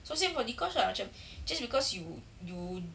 so same for dee kosh ah macam just because you you